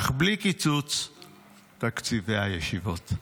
אך בלי קיצוץ תקציבי הישיבות.